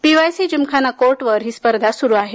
PYC Gymkhana कोर्टवर ही स्पर्धा सुरू आहे